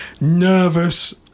nervous